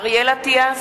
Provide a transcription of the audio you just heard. (קוראת בשמות חברי הכנסת) אריאל אטיאס,